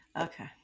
Okay